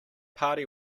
party